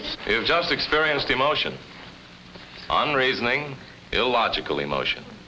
just experienced emotion on reasoning illogical emotion